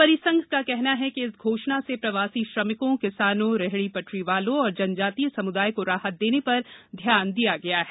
परिसंघ का कहना है कि इस घोषणा से प्रवासी श्रमिकों किसानों रेहड़ी पटरीवालों और जनजातीय सम्दाय को राहत देने पर ध्यान दिया गया है